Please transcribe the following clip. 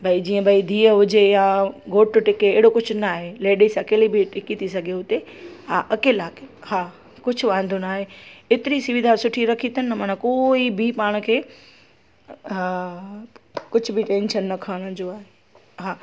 भई जीअं भई धीअ हुजे या घोठु टिके अहिड़ो कुझु न आहे लेडीस अकेली बि टिकी थी सघे उते हा अकेला हा कुझु वांदो न आहे एतिरी सुविधा सुठी रखी अथनि न माना कोई बि पाण खे हा कुझु बि टेंशन न खणण जो आहे हा